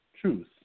truth